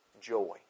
joy